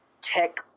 tech